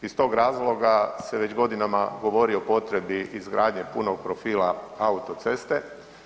Iz tog razloga se već godinama govori o potrebi izgradnje punog profila auto ceste.